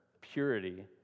purity